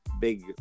big